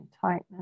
tightness